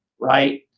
Right